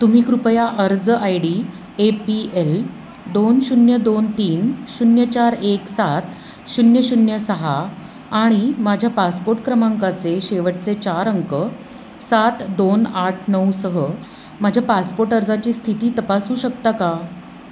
तुम्ही कृपया अर्ज I D A P L दोन शून्य दोन तीन शून्य चार एक सात शून्य शून्य सहा आणि माझ्या पासपोर्ट क्रमांकाचे शेवटचे चार अंक सात दोन आठ नऊ सह माझ्या पासपोर्ट अर्जाची स्थिती तपासू शकता का